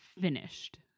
finished